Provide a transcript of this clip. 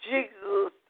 Jesus